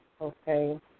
Okay